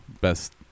best